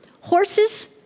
Horses